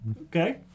Okay